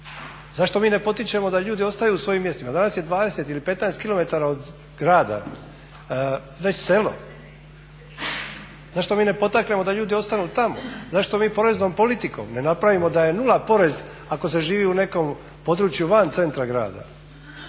Zašto mi ne potičemo da ljudi ostaju u svojim mjestima? Danas je 20 ili 15 km od grada već selo. Zašto mi ne potaknemo da ljudi ostanu tamo? Zašto mi poreznom politikom ne napravimo da je nula porez ako se živi u nekom području van centra grada